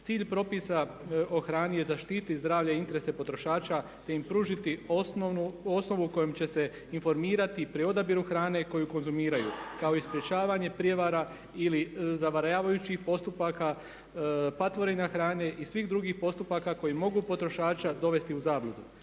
Cilj propisa o hrani je da štititi zdravlje i interese potrošača, te im pružiti osnovu kojom će se informirati pri odabiru hrane koju konzumiraju kao i sprječavanje prijevara ili zavaravajućih postupaka, patvorina hrane i svih drugih postupaka koji mogu potrošača dovesti u zabludu.